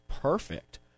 perfect